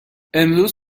امروز